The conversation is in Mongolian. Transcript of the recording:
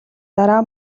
дараа